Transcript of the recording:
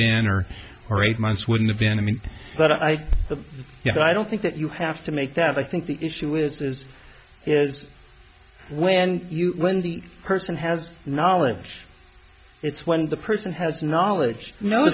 been or or eight months wouldn't have been i mean that i the you know i don't think that you have to make that i think the issue is is when you when the person has knowledge it's when the person has knowledge